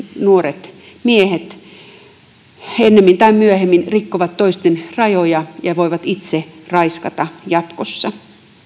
nuoret miehet ennemmin tai myöhemmin rikkovat toisten rajoja ja voivat itse raiskata jatkossa